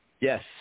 Yes